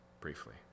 briefly